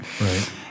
Right